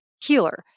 healer